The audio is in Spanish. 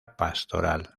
pastoral